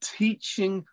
teaching